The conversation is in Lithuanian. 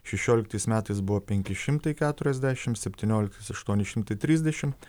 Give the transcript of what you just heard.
šešioliktais metais buvo penki šimtai keturiasdešimt septynioliktais aštuoni šimtai trisdešimt